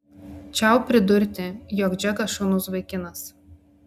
čiau pridurti jog džekas šaunus vaikinas